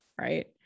Right